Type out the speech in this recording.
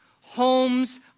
homes